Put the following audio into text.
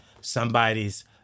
somebody's